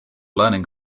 learning